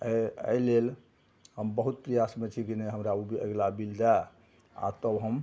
एहि एहिलेल हम बहुत प्रयासमे छी कि नहि हमरा ओ अगिला बिल दै आओर तब हम